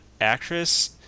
actress